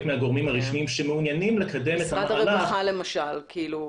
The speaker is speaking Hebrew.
מהגורמים הרשמיים שמעוניינים לקדם את משרד הרווחה למשל כאילו,